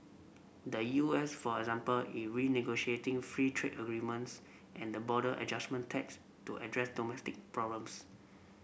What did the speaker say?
the U S for example it renegotiating free trade agreements and the border adjustment tax to address domestic problems